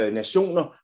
nationer